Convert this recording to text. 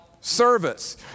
service